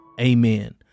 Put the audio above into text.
amen